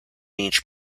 each